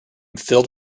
filled